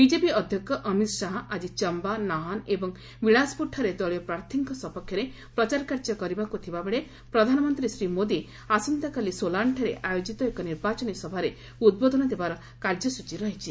BJP ଅଧ୍ୟକ୍ଷ ଅମିତ୍ ଶାହା ଆଜି ଚମ୍ଘା ନାହାନ୍ ଏବଂ ବିଳାସପୁରଠାରେ ଦଳୀୟ ପ୍ରାର୍ଥୀଙ୍କ ସପକ୍ଷରେ ପ୍ରଚାର କାର୍ଯ୍ୟ କରିବାକୁ ଥିବାବେଳେ ପ୍ରଧାନମନ୍ତ୍ରୀ ଶ୍ରୀ ମୋଦି ଆସନ୍ତାକାଲି ସୋଲାନ୍ଠାରେ ଆୟୋଜିତ ଏକ ନିର୍ବାଚନୀ ସଭାରେ ଉଦ୍ବୋଧନ ଦେବାର କାର୍ଯ୍ୟସ୍ତଚୀ ରହିଛି